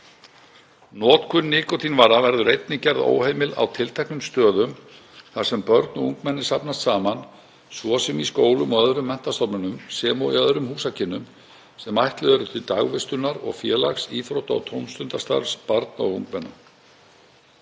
Notkun nikótínvara verður einnig gerð óheimil á tilteknum stöðum þar sem börn og ungmenni safnast saman, svo sem í skólum og öðrum menntastofnunum sem og í öðrum húsakynnum sem ætluð eru til dagvistunar og félags-, íþrótta- og tómstundastarfs barna og ungmenna.